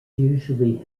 usually